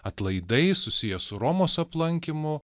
atlaidais susijęs su romos aplankymu